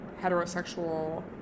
heterosexual